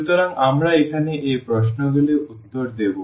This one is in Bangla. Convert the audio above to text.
সুতরাং আমরা এখানে এই প্রশ্নগুলির উত্তর দেব